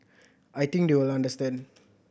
I think they will understand